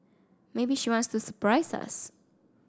maybe she wants to surprise us